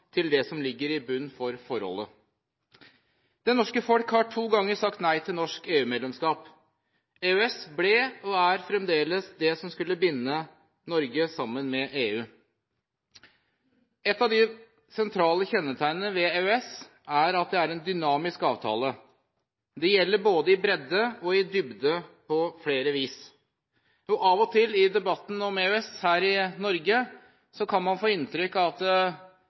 til det som ligger i bunnen for forholdet. Det norske folk har to ganger sagt nei til norsk EU-medlemskap. EØS ble – og er fremdeles – det som skulle binde Norge sammen med EU. Et av de sentrale kjennetegnene ved EØS-avtalen er at det er en dynamisk avtale. Det gjelder både i bredde og i dybde på flere vis. Av og til i debatten om EØS her i Norge kan man få inntrykk av at